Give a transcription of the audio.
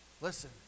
Listen